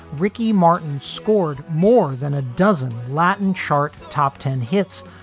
ricky martin scored more than a dozen latin chart top ten hits,